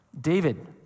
David